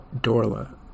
Dorla